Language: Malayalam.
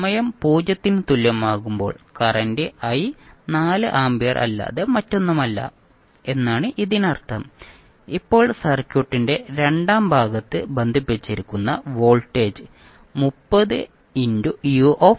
സമയം 0 ന് തുല്യമാകുമ്പോൾ കറന്റ് i 4 ആമ്പിയർ അല്ലാതെ മറ്റൊന്നുമല്ല എന്നാണ് ഇതിനർത്ഥം ഇപ്പോൾ സർക്യൂട്ടിന്റെ രണ്ടാം ഭാഗത്ത് ബന്ധിപ്പിച്ചിരിക്കുന്ന വോൾട്ടേജ് 30u വോൾട്ട് ആണ്